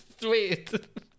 Sweet